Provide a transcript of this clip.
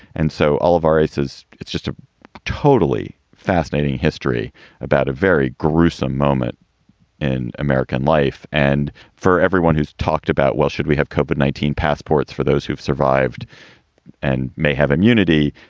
and so olivares says it's just a totally fascinating history about a very gruesome moment in american life. and for everyone who's talked about, well, should we have covered nineteen passports for those who've survived and may have immunity?